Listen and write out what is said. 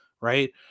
right